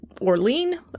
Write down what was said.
Orlean